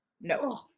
No